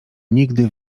nigdy